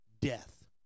death